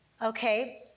Okay